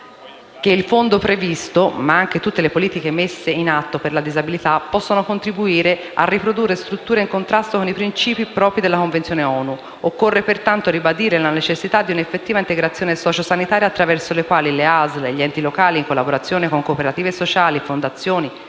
che il Fondo previsto, ma anche tutte le politiche messe in atto per la disabilità, possano contribuire a riprodurre strutture in contrasto con i principi propri della Convenzione ONU. Occorre, pertanto, ribadire la necessità di un'effettiva integrazione sociosanitaria attraverso la quale le ASL e gli enti locali, in collaborazione con cooperative sociali, fondazioni